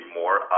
more